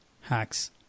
hacks